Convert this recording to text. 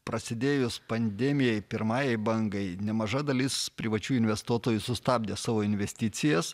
prasidėjus pandemijai pirmajai bangai nemaža dalis privačių investuotojų sustabdė savo investicijas